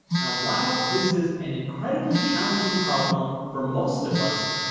now while this is an incredibly challenging problem for most of us,